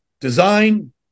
Design